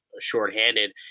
shorthanded